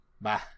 Bye